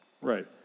Right